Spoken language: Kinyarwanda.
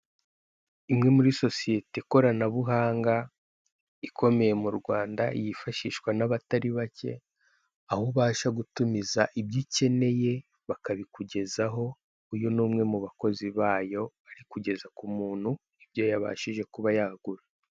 Imwe muri sosiyeti koranabuhanga ikomeye mu Rwanda yifashishwa n'abatari bake, aho ubasha gutumiza ibyo ukeneye bakabikugezaho. Uyu ni umwe mu bakozi bayo ari kugeza k'umuntu ibyo yabashije kuba yagura.